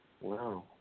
Wow